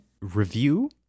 review